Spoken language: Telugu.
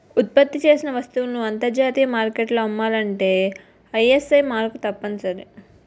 ఉత్పత్తి చేసిన వస్తువులను అంతర్జాతీయ మార్కెట్లో అమ్మాలంటే ఐఎస్ఐ మార్కు తప్పనిసరి